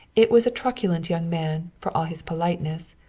it was a truculent young man, for all his politeness,